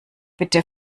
bitte